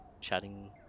chatting